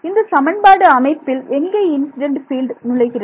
இந்த சமன்பாடு அமைப்பில் எங்கே இன்சிடென்ட் பீல்டு நுழைகிறது